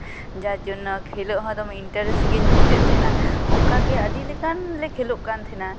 ᱡᱟᱨ ᱡᱚᱱᱱᱚ ᱠᱷᱮᱞᱳᱜ ᱦᱚᱸ ᱫᱚᱢᱮ ᱤᱱᱴᱟᱨᱮᱥᱴ ᱜᱤᱧ ᱵᱩᱡᱮᱫ ᱛᱟᱦᱮᱱᱟ ᱚᱱᱠᱟᱜᱮ ᱟᱹᱰᱤ ᱞᱮᱠᱟᱱ ᱞᱮ ᱠᱷᱮᱞᱳᱜ ᱠᱟᱱ ᱛᱟᱦᱮᱱᱟ